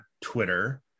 Twitter